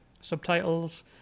subtitles